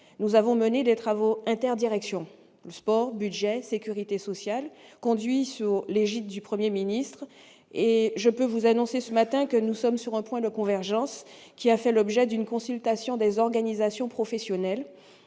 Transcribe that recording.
Pour ce faire, des travaux inter-directions- Sport, Budget, Sécurité sociale -sont en cours, sous l'égide du Premier ministre. Je peux vous annoncer ce matin que nous sommes parvenus à un point de convergence, qui a fait l'objet d'une consultation des organisations professionnelles.